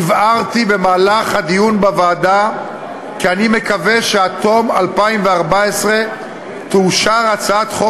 הבהרתי במהלך הדיון בוועדה כי אני מקווה שעד תום 2014 תאושר הצעת חוק